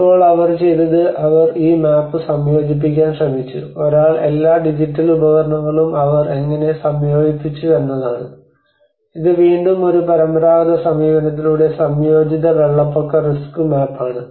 ഇപ്പോൾ അവർ ചെയ്തത് അവർ ഈ മാപ്പ് സംയോജിപ്പിക്കാൻ ശ്രമിച്ചു ഒരാൾ എല്ലാ ഡിജിറ്റൽ ഉപകരണങ്ങളും അവർ എങ്ങനെ സംയോജിപ്പിച്ചുവെന്നതാണ് ഇത് വീണ്ടും ഒരു പരമ്പരാഗത സമീപനത്തിലൂടെ സംയോജിത വെള്ളപ്പൊക്ക റിസ്ക് മാപ്പ് ആണ്